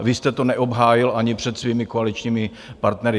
Vy jste to neobhájil ani před svými koaličními partnery.